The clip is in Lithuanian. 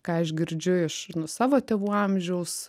ką aš girdžiu iš savo tėvų amžiaus